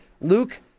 Luke